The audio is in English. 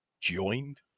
joined